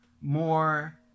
more